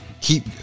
keep